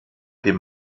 dem